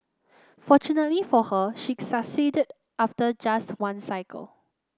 fortunately for her she succeeded after just one cycle